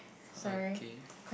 okay